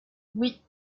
oui